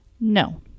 No